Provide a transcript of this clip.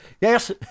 Yes